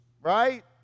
Right